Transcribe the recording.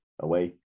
away